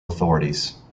authorities